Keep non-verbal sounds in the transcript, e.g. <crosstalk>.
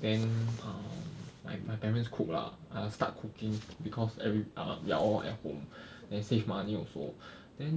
then um my my parents cook lah err start cooking because every err we are all at home <breath> then save money also <breath> then